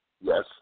Yes